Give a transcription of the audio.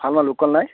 ভাল মালভোগ কল নাই